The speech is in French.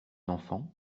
enfant